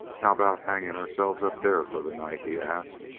how about hanging ourselves up there for the night? he asked,